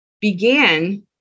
began